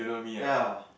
ya